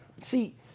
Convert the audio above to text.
See